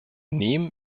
nehmen